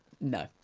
No